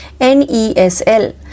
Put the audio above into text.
NESL